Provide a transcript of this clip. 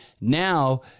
now